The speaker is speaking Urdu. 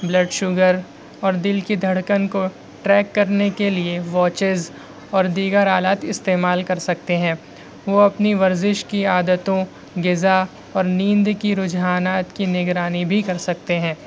بلڈ شوگر اور دل کی ڈھڑکن کو ٹریک کرنے کے لیے واچز اور دیگر آلات استعمال کر سکتے ہیں وہ اپنی ورزش کی عادتوں غذا اور نیند کی رجحانات کی نگرانی بھی کرسکتے ہیں